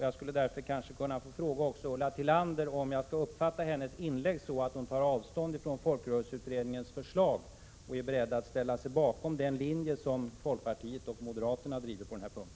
Jag skulle därför kanske också få fråga Ulla Tillander om jag skall uppfatta hennes inlägg så, att hon tar avstånd från folkrörelseutredningens förslag och är beredd att ställa sig bakom den linje som folkpartiet och moderaterna driver på den här punkten.